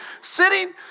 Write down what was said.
sitting